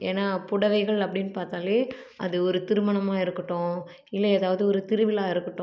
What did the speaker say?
ஏன்னா புடவைகள் அப்படின்னு பார்த்தாலே அது ஒரு திருமணமாக இருக்கட்டும் இல்லை எதாவது ஒரு திருவிழா இருக்கட்டும்